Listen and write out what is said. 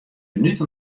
minút